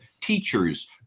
teachers